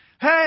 Hey